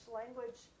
language